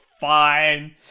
fine